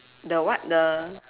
the what the